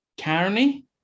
Carney